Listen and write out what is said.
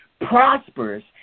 prosperous